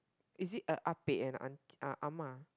it is a Ah Pek and Ah Ah Ma